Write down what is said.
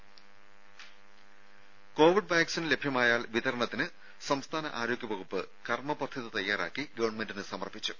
രും COVID vaccine ലഭ്യമായാൽ വിതരണത്തിന് സംസ്ഥാന ആരോഗ്യവകുപ്പ് കർമ്മപദ്ധതി തയാറാക്കി ഗവൺമെന്റിന് സമർപ്പിച്ചു